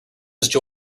edges